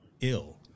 ill